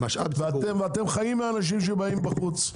ואתם חיים מהאנשים שבאים מבחוץ.